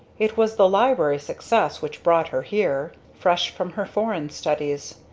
it was the library success which brought her here, fresh from her foreign studies,